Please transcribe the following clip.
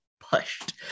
pushed